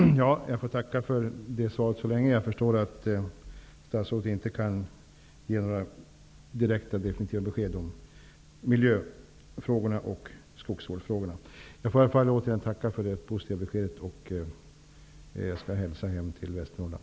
Herr talman! Jag får tacka för detta svar så länge. Jag förstår att statsrådet inte kan ge några definitiva besked om miljöfrågorna och skogsvårdsfrågorna. Jag tackar återigen för det positiva beskedet, och jag skall hälsa hem till Västernorrland.